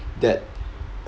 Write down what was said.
that